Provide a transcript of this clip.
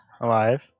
alive